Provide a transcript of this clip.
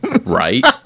right